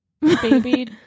Baby